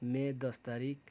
मे दस तारिक